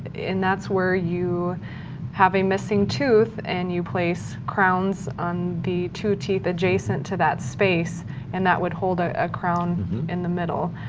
that's where you have a missing tooth and you place crowns on the two teeth adjacent to that space and that would hold ah a crown in the middle.